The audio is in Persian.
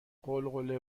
غلغله